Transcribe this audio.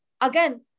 again